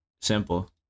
Simple